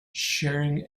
sharing